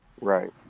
Right